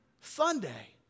Sunday